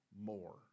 more